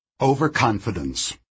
Overconfidence